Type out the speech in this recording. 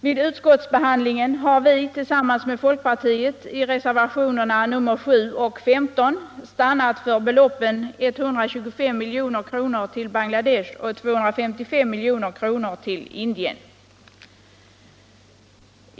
Vid utskottsbehandlingen har vi tillsammans med folkpartiet i reservationerna 7 och 15 stannat för beloppen 125 milj.kr. till Bangladesh och 255 milj.kr. till Indien.